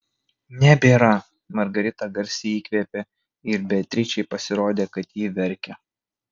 nebėra margarita garsiai įkvėpė ir beatričei pasirodė kad ji verkia